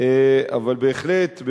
אבל בהחלט,